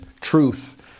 truth